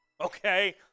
okay